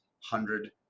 hundred